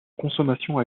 consommation